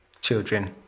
children